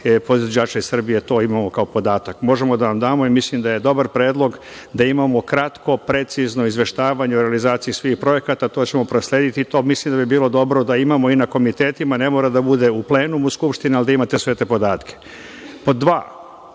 podizvođača iz Srbije, to imamo kao podatak. Možemo da vam damo. Mislimo da je dobar predlog da imamo kratko, precizno izveštavanje o realizaciji svih projekata, to ćemo proslediti. To mislim da bi bilo dobro da imamo i na komitetima. Ne mora da bude u plenumu Skupštine, ali da imate sve te podatke. Pod